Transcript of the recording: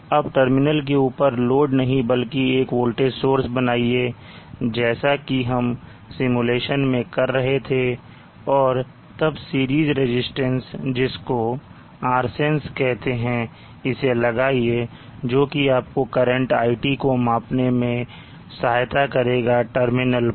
अब टर्मिनल के ऊपर लोड नहीं बल्कि एक वोल्टेज सोर्स बनाइए जैसा कि हम सिमुलेशन में कर रहे थे और तब सीरीज रेजिस्टेंस जिसको Rsense कहते हैं इसे लगाइए जोकि आपको करंट iT को मापने में सहायता करेगा टर्मिनल पर